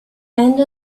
end